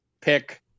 pick